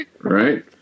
Right